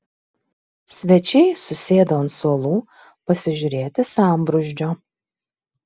svečiai susėdo ant suolų pasižiūrėti sambrūzdžio